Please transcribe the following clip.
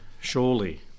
surely